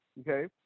okay